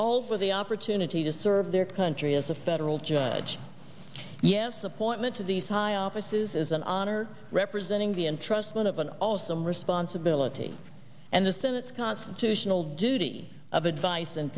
for the opportunity to serve their country as a federal judge yes appointment to these high offices is an honor representing the entrustment of an awesome responsibility and the senate's constitutional duty of advice and